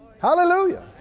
Hallelujah